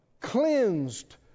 cleansed